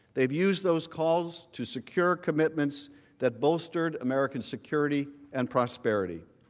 they have used those calls to secure commitments that bolstered american security, and prosperity.